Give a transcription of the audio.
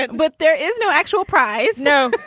ah but there is no actual prize. no,